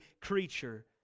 creature